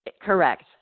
Correct